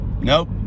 nope